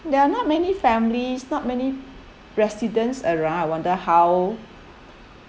there are not many families not many residents around I wonder how